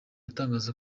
atangaza